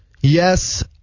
Yes